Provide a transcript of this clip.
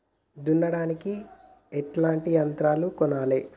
దున్నడానికి ఎట్లాంటి యంత్రాలను కొనాలే?